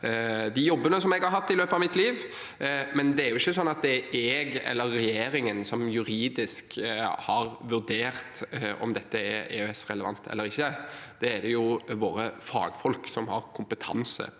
de jobbene jeg har hatt i løpet av mitt liv, men det er jo ikke sånn at det er jeg eller regjeringen som juridisk har vurdert om dette er EØS-relevant eller ikke. Det er det våre fagfolk som har kompetanse